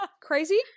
crazy